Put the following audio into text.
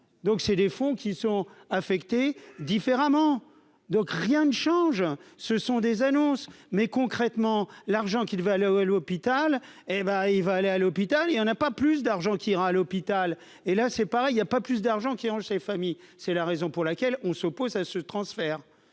donc c'est des fonds qui sont affectés différemment, donc rien ne change, ce sont des annonces mais concrètement l'argent qui devait à aller l'hôpital hé ben il va aller à l'hôpital, il y en a pas plus d'argent qui ira à l'hôpital, et là c'est pareil, il y a pas plus d'argent qui ont chez familles. C'est la raison pour laquelle on s'oppose à ce transfert,